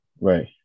Right